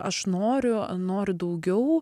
aš noriu noriu daugiau